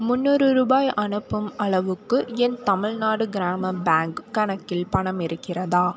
முந்நூறு ரூபாய் அனுப்பும் அளவுக்கு என் தமிழ்நாடு கிராம பேங்க் கணக்கில் பணம் இருக்கிறதா